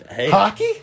Hockey